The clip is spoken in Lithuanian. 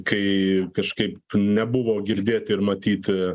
kai kažkaip nebuvo girdėti ir matyti